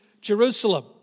Jerusalem